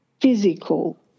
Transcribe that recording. physical